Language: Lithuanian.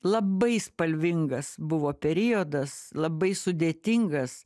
labai spalvingas buvo periodas labai sudėtingas